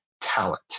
talent